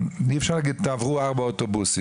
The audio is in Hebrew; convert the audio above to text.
אי אפשר להגיד "תעברו ארבעה אוטובוסים".